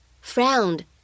frowned